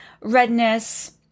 redness